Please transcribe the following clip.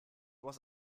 was